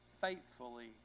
faithfully